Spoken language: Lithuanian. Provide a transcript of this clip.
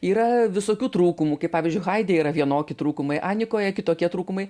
yra visokių trūkumų kaip pavyzdžiui haide yra vienokie trūkumai anikoje kitokie trūkumai